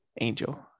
Angel